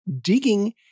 digging